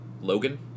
Logan